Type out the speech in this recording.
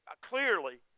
clearly